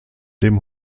dem